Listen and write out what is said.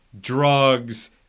drugs